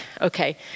Okay